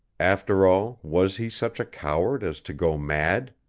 after all, was he such a coward as to go mad?